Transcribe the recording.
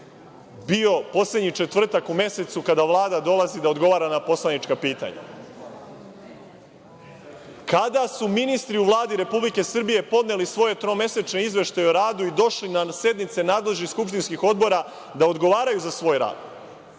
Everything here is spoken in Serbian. bio poslednji četvrtak u mesecu, kada Vlada dolazi da odgovara na poslanička pitanja? Kada su ministri u Vladi Republike Srbije podneli svoje tromesečne izveštaje o radu i došli na sednice nadležnih skupštinskih odbora da odgovaraju za svoj rad?